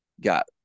got